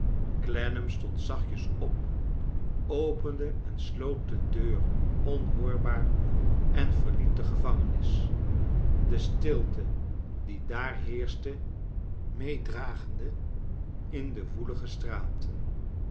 clennam stond zachtjes op opende en sloot de deur onhoorbaar en verliet de gevangenis de stilte die daar heerschte meedragende in de woelige straten